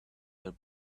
their